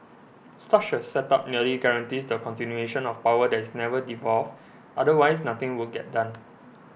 such a setup nearly guarantees the continuation of power that is never devolved otherwise nothing would get done